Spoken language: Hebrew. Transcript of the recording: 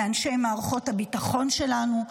מאנשי מערכות הביטחון שלנו,